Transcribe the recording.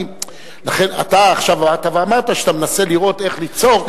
אתה עכשיו באת ואמרת שאתה מנסה לראות איך ליצור את אותן מחלקות.